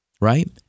right